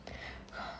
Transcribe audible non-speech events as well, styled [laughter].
[breath]